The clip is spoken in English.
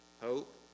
hope